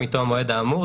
למועד האמור,